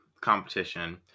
competition